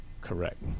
Correct